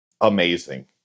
amazing